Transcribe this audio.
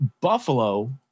Buffalo